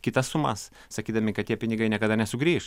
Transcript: kitas sumas sakydami kad tie pinigai niekada nesugrįš